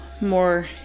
more